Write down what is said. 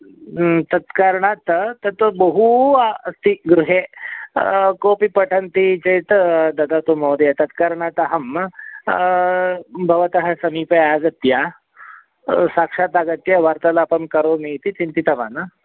ह तत्कारणात् तत्र बहु अस्ति गृहे कोऽपि पठन्ति चेत् ददातु महोदय तत्कारणात् अहं भवतः समीपे आगत्य साक्षात् आगत्य वार्तालापं करोमि इति चिन्तितवान्